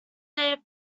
there